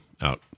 out